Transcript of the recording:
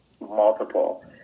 multiple